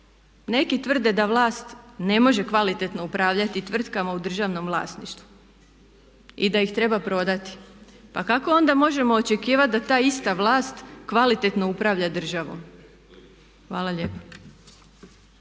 neki tvrde da vlast ne može kvalitetno upravljati tvrtkama u državnom vlasništvu i da ih treba prodati pa kako onda možemo očekivati da ta ista vlast kvalitetno upravlja državom. Hvala lijepa.